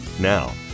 now